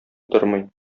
тормый